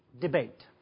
debate